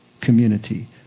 community